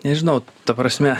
nežinau ta prasme